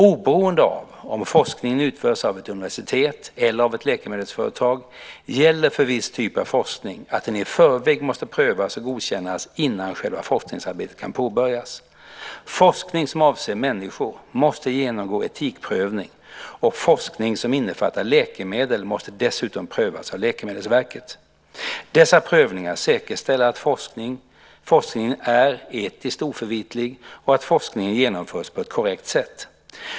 Oberoende av om forskningen utförs av ett universitet eller av ett läkemedelsföretag gäller för viss typ av forskning att den i förväg måste prövas och godkännas innan själva forskningsarbetet kan påbörjas. Forskning som avser människor måste genomgå etikprövning, och forskning som innefattar läkemedel måste dessutom prövas av Läkemedelsverket. Dessa prövningar säkerställer att forskningen är etiskt oförvitlig och att forskningen genomförs på ett korrekt sätt.